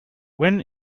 when